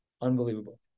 Unbelievable